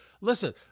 listen